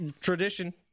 tradition